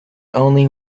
only